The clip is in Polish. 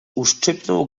uszczypnął